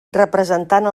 representant